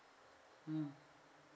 mm